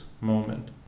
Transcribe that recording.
moment